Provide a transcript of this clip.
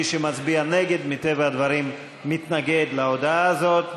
מי שמצביע נגד, מטבע הדברים, מתנגד להודעה הזאת.